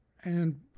and,